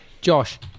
Josh